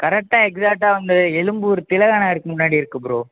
கரெக்டாக எக்ஸாக்ட்டாக வந்து எழும்பூர் திலகா நகருக்கு முன்னாடி இருக்குது ப்ரோ